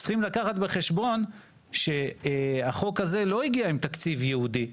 צריכים לקחת בחשבון שהחוק הזה לא הגיע עם תקציב ייעודי,